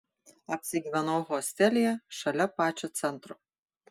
apsigyvenau hostelyje šalia pačio centro